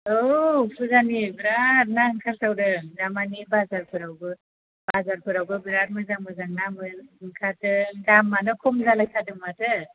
औ फुजानि बेराट ना ओंखारसावदों दामानि बाजारफोरावबो बेराट मोजां मोजां ना ओंखारदों दामानो खम जालायथारदों माथो